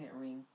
ring